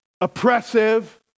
oppressive